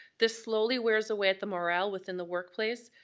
this slowly wears away at the morale within the workplace,